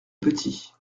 petit